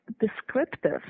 descriptive